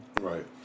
right